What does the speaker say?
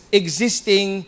existing